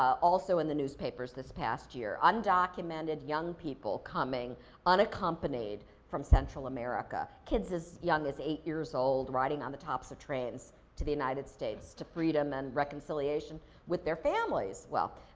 also in the newspapers this past year. undocumented young people coming unaccompanied, from central america. kids as young as eight years old, riding on the tops of trains to the united states, to freedom and reconciliation with their families. well,